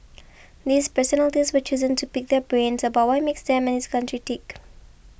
these personalities were chosen to pick their brains about what makes them and this country tick